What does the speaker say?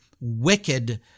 wicked